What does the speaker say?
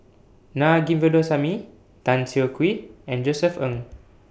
Naa Govindasamy Tan Siah Kwee and Josef Ng